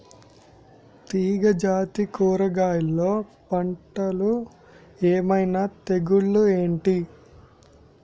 తీగ జాతి కూరగయల్లో పంటలు ఏమైన తెగులు ఏంటి?